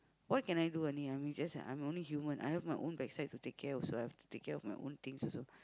what I can do only I mean just I am only human I have my own backside to take care also I have to take care of my own things also